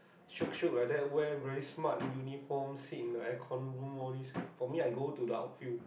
shiok shiok like that wear very smart uniform sit in the air con room only for me I go to the out field